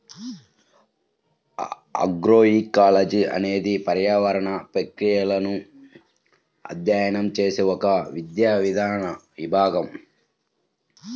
agroecology అనేది పర్యావరణ ప్రక్రియలను అధ్యయనం చేసే ఒక విద్యా విభాగం